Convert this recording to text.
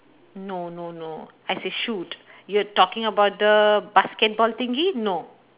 no no no as in shoot you're talking about the basketball thingy no